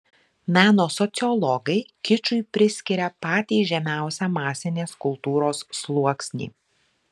meno sociologai kičui priskiria patį žemiausią masinės kultūros sluoksnį